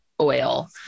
oil